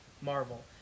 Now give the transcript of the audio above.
marvel